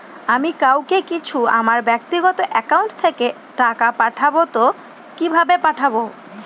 আমি কাউকে কিছু আমার ব্যাক্তিগত একাউন্ট থেকে টাকা পাঠাবো তো কিভাবে পাঠাবো?